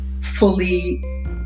fully